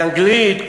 באנגלית.